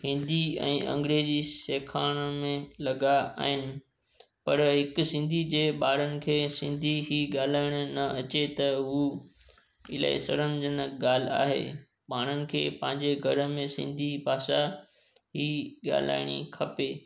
हिन्दी ऐं अंग्रेजी सेखारण में लॻा आहिनि पर हिक सिंधी जे ॿारनि खे सिंधी ई ॻाल्हाइणु न अचे त हू इलाही सड़न्झ न ॻाल्हाए माण्हुनि खे पंहिंजे घर में सिंधी भाषा ई ॻाल्हाइणी खपे